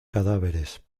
cadáveres